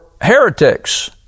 heretics